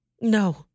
No